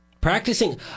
practicing